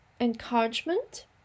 encouragement